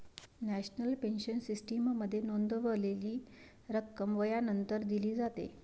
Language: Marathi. नॅशनल पेन्शन सिस्टीममध्ये नोंदवलेली रक्कम वयानंतर दिली जाते